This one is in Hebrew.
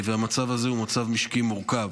והמצב הזה הוא מצב משקי מורכב.